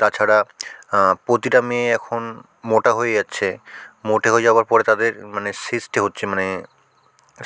তাছাড়া প্রতিটা মেয়ে এখন মোটা হয়ে যাচ্ছে মোটা হয়ে যাওয়ায় পরে তাদের মানে সিস্ট এ হচ্ছে মানে